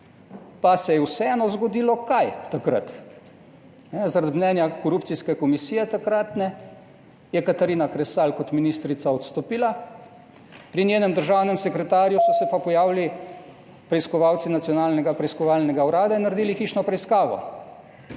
Pa se je vseeno zgodilo kaj, takrat? Zaradi mnenja korupcijske komisije, takratne, je Katarina Kresal kot ministrica odstopila, pri njenem državnem sekretarju so se pa pojavili preiskovalci Nacionalnega preiskovalnega urada in naredili hišno preiskavo.